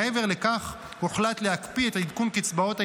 מעבר לכך, הוחלט להקפיא את עדכון קצבאות הילדים,